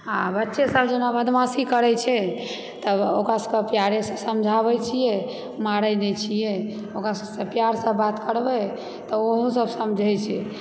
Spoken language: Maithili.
हँ बच्चेसभ जेना बदमाशी करैत छै तब ओकरा सभकेँ प्यारेसँ समझाबैत छियै मारय नहि छियै ओकरा सभसँ प्यारसँ बात करबय तऽ ओहोसभ समझय छै